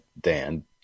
Dan